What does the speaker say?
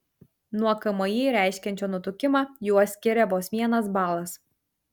nuo kmi reiškiančio nutukimą juos skiria vos vienas balas